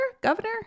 governor